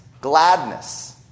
gladness